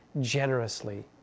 generously